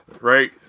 right